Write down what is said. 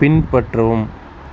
பின்பற்றவும்